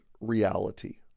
reality